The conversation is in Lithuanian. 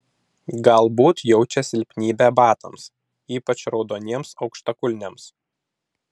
galbūt jaučia silpnybę batams ypač raudoniems aukštakulniams